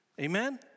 Amen